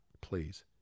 Please